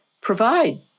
provide